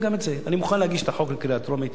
אני מוכן להגיש את החוק לקריאה טרומית,